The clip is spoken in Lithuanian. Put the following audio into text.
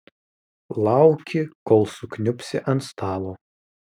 lauki kol sukniubsi ant stalo